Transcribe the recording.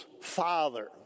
father